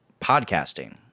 podcasting